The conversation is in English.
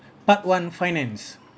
part one finance